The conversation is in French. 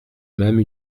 même